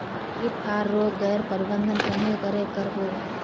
किट आर रोग गैर प्रबंधन कन्हे करे कर बो?